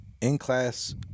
in-class